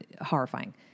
horrifying